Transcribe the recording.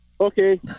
Okay